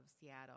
Seattle